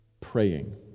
praying